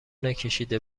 نکشیده